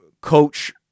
coach